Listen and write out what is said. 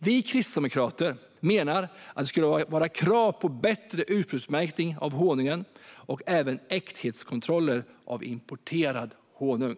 Vi kristdemokrater menar att det skulle vara krav på bättre ursprungsmärkning av honung och även äkthetskontroller av importerad honung.